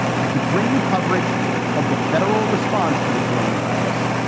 i could bring you coverage of the federal response to the corona virus.